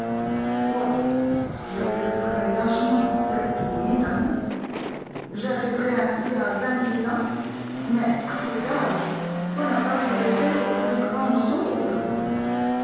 quoi je perdrais lâchement sept ou huit années j'arriverais ainsi à vingt-huit ans mais à cet âge bonaparte avait fait ses plus grandes choses